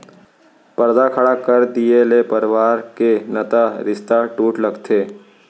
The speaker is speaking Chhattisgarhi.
परदा खड़ा कर दिये ले परवार के नता रिस्ता टूटे लगथे